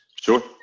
Sure